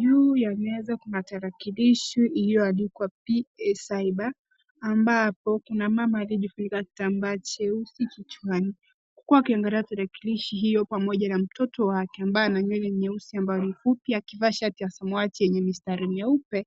Juu ya meza kuna tarakilishi iliyoandikwa PA cyber ambapo kuna mama aliyejifunika kitambaa cheusi kichwani huku akiangalia tarakilishi hiyo pamoja na mtoto wake ambaye ana nywele nyeusi ambayo ni fupi akivaa shati ya samawati yenye mistari meupe.